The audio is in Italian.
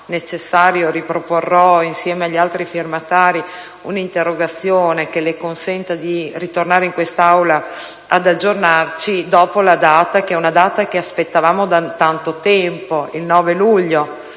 necessario, riproporrò assieme agli altri firmatari un'altra interrogazione che le consenta di tornare in quest'Aula ad aggiornarci dopo la data, che aspettavamo da tanto tempo, del 9 luglio,